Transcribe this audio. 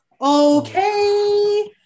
okay